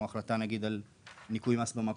כמו למשל החלטה על ניכוי מס במקור,